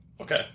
Okay